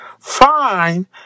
fine